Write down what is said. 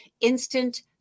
instant